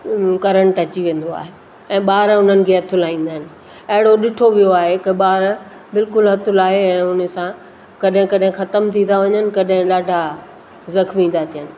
current अची वेंदो आहे ऐं ॿार उन्हनि खे हथु लाईंदा आहिनि अहिड़ो ॾिठो वियो आहे त ॿार बिल्कुलु हथ लाइ ऐं हुन सां कॾहिं कॾहिं ख़तमु थी था वञनि कॾहिं ॾाढा ज़ख़्मी था थियनि